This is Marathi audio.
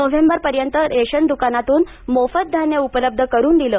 नोव्हेंबर पर्यंत रेशन द्कानातून मोफत धान्य उपलब्ध करून दिलं